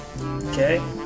Okay